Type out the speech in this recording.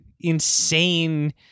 insane